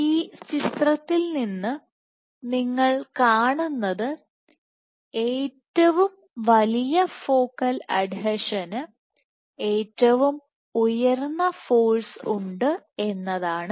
ഈ ചിത്രത്തിൽ നിന്ന് നിങ്ങൾ കാണുന്നത് ഏറ്റവും വലിയ ഫോക്കൽ അഡ്ഹീഷന് ഏറ്റവും ഉയർന്ന ഫോഴ്സ് ഉണ്ട് എന്നതാണ്